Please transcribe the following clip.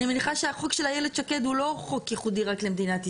אני מניחה שהחוק של איילת שקד הוא לא חוק ייחודי רק למדינת ישראל.